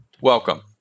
Welcome